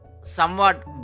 somewhat